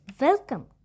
welcome